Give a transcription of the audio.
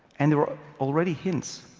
and there were already hints,